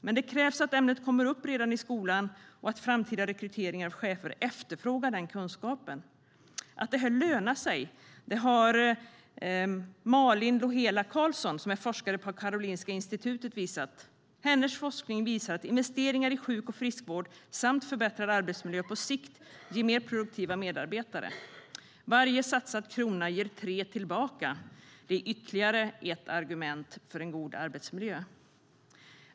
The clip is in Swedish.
Det krävs dock att detta ämne kommer upp redan i skolan och att man vid framtida rekryteringar av chefer efterfrågar denna kunskap. Att det lönar sig har Malin Lohela Karlsson som är forskare på Karolinska Institutet visat. Hennes forskning visar att investeringar i sjuk och friskvård och förbättrad arbetsmiljö på sikt ger mer produktiva medarbetare. Varje satsad krona ger tre tillbaka. Det är ytterligare ett argument för en god arbetsmiljö.